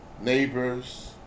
neighbors